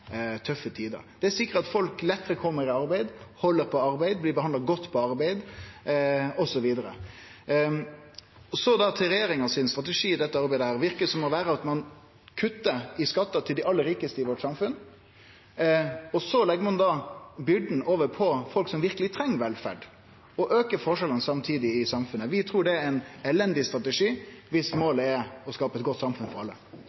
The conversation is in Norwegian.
tøffe tider. Det sikrar at folk lettare kjem i arbeid, held på arbeidet, blir behandla godt på arbeid, osv. Så til regjeringa sin strategi i dette arbeidet: Den ser ut til å vere at ein kuttar i skattar til dei aller rikaste i samfunnet vårt, og så legg ein byrda over på folk som verkeleg treng velferd, og aukar samtidig forskjellane i samfunnet. Vi trur det er ein elendig strategi dersom målet er å skape eit godt samfunn for alle.